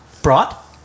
Brought